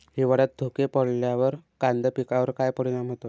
हिवाळ्यात धुके पडल्यावर कांदा पिकावर काय परिणाम होतो?